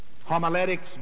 Homiletics